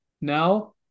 Now